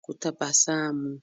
kutabasamu.